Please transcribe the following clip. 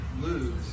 lose